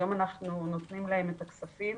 היום אנחנו נותנים להם את הכספים